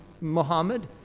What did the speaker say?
Muhammad